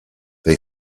they